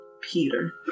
Peter